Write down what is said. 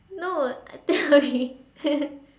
no I telling